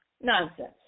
Nonsense